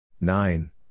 Nine